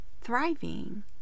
Thriving